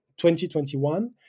2021